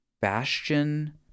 Bastion